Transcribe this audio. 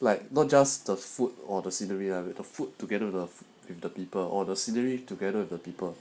like not just the food or the scenery lah with the food together with the people or the scenery together with the people